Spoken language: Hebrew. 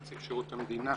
נציב שירות המדינה,